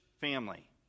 family